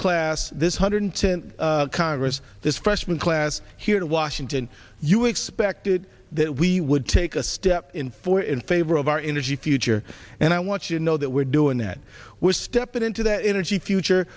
class this hundred tenth congress this freshman class here in washington you expected that we would take a step in four in favor of our energy future and i want you know that we're doing that we're stepping into that energy future